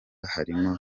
harimo